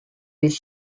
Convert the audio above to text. this